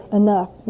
enough